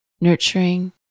nurturing